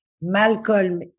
Malcolm